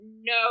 no